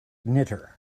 knitter